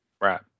right